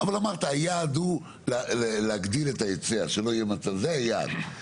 אבל אמרת, היעד הוא להגדיל את ההיצע, זה היעד.